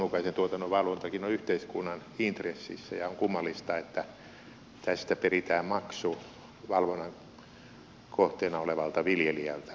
tämä luonnonmukaisen tuotannon valvontakin on yhteiskunnan intressissä ja on kummallista että tästä peritään maksu valvonnan kohteena olevalta viljelijältä